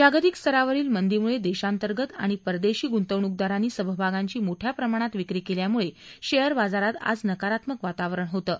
जागतिक स्तरावरील मंदीमुळे देशांतर्गत आणि परदेशी गुंतवणूकदारांनी समभागांची मोठ्या प्रमाणात विक्री केल्यामुळे शेयर बाजारात आज नकारात्मक वातावरण होतं